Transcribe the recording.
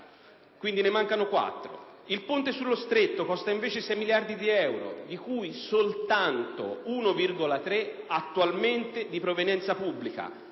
di euro. Il ponte sullo Stretto costa invece 6 miliardi di euro, di cui soltanto 1,3 attualmente di provenienza pubblica,